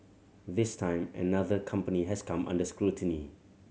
this time another company has come under scrutiny